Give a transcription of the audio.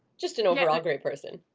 just an overall great person.